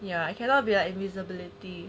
ya cannot be like invisibility